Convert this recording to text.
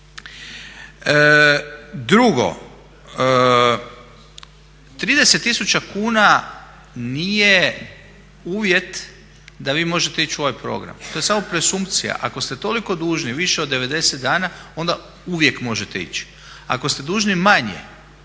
Drugo, 30 tisuća kuna nije uvjet da vi možete ići u ovaj program, to je samo presumpcija. Ako ste toliko dužni, više od 90 dana, onda uvijek možete ići. Ako ste dužni manje